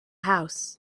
house